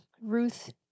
Ruth